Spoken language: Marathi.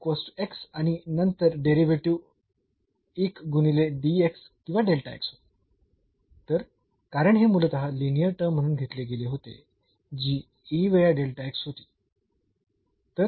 तर आणि नंतर डेरिव्हेटिव्ह 1 गुणिले किंवा होईल तर कारण हे मूलतः लिनीअर टर्म म्हणून घेतले गेले होते जी A वेळा होती